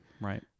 Right